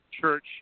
church